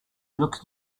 looks